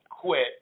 quit